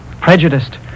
prejudiced